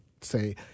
say